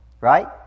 right